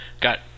got